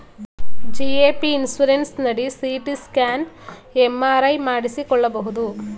GAP insurance ನಡಿ CT scan, MRI ಮಾಡಿಸಿಕೊಳ್ಳಬಹುದು